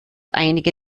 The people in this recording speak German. einige